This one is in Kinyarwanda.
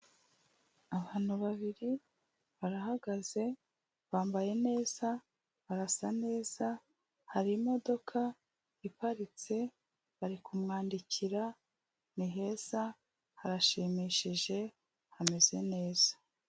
Abantu babiri barahagaze, bambaye neza, barasa neza, hari imodoka iparitse, bari kumwandikira, ni heza, harashimishije, hameze neza.